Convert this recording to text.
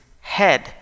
head